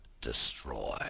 destroy